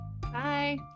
Bye